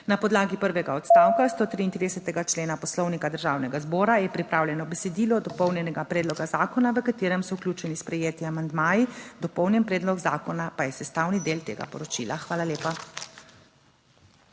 Na podlagi prvega odstavka 133. člena Poslovnika Državnega zbora je pripravljeno besedilo dopolnjenega predloga zakona v katerem so vključeni sprejeti amandmaji, dopolnjen predlog zakona pa je sestavni del tega poročila. Hvala lepa.